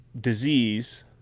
disease